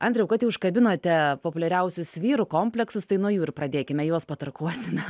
andriau kad jau užkabinote populiariausius vyrų kompleksus tai nuo jų ir pradėkime juos patarkuosime